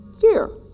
Fear